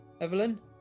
Evelyn